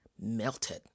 melted